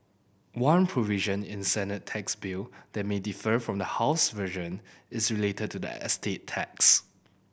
one provision in Senate tax bill that may differ from the house's version is related to the estate tax